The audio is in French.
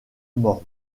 morne